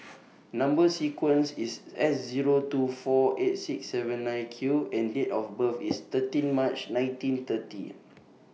Number sequence IS S Zero two four eight six seven nine Q and Date of birth IS thirteen March nineteen thirty